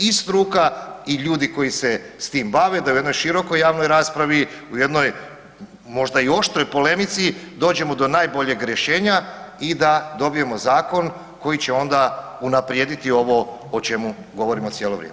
I struka i ljudi koji se s tim bave da u jednoj širokoj javnoj raspravi, u jednoj možda i oštroj polemici dođemo do najboljeg rješenja i da dobijemo zakon koji će onda unaprijediti ovo o čemu govorimo cijelo vrijeme.